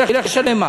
ילך לשלם מס.